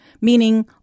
meaning